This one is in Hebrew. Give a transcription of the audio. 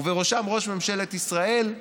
ובראשם ראש ממשלת ישראל,